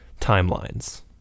timelines